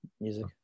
music